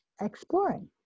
exploring